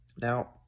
Now